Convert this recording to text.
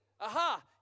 Aha